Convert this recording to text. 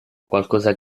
qualcosa